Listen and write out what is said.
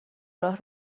راه